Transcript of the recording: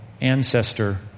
ancestor